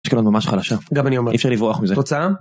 יש כאילו עוד ממש חלשה אפשר לברוח מזה, תוצאה.